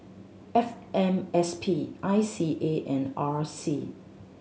F M S P I C A and R C